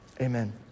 Amen